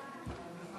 ההצעה